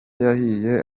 yahiye